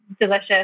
delicious